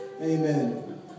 Amen